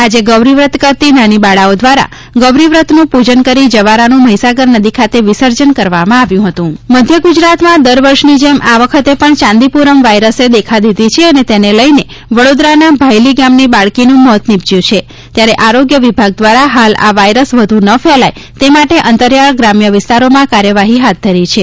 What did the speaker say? આજે ગૌરીવર્ત કરતી નાની બાળાઓ દ્વારા ગૌરી વ્રત નું પૂજન કરી જવારાનું મહીસાગર નદી ખાતે વિસર્જન કરવામાં આવ્યું હતું ચાંદીપુરમ વાયરસ મધ્યગુજરાતમાં દર વર્ષની જેમ આ વખતે પણ ચાંદીપુરમ વાયરસે દેખા દીધી છે અને તેને લઈને વડોદરાના ભાયલી ગામની બાળકીનું મોત નિપજ્યું છે ત્યારે આરોગ્ય વિભાગ દ્વારા હાલ આ વાયરસ વ્ધુ ન ફેલાય તે માટે અંતરિયાળ શ્રામ્ય વિસ્તારોમાં કાર્યવાહી હાથ ધરી છે